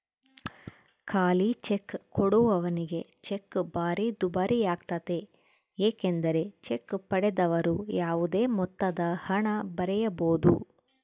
ಖಾಲಿಚೆಕ್ ಕೊಡುವವನಿಗೆ ಚೆಕ್ ಭಾರಿ ದುಬಾರಿಯಾಗ್ತತೆ ಏಕೆಂದರೆ ಚೆಕ್ ಪಡೆದವರು ಯಾವುದೇ ಮೊತ್ತದಹಣ ಬರೆಯಬೊದು